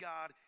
God